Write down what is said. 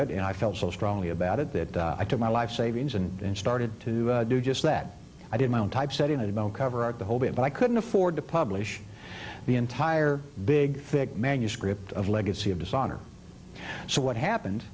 it and i felt so strongly about it that i took my life savings and started to do just that i did my own typesetting to cover art the whole bit but i couldn't afford to publish the entire big thick manuscript of legacy of dishonor so what happened